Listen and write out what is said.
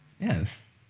Yes